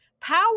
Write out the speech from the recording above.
Power